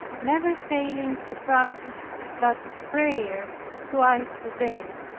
never failing to practice that of prayer twice a day.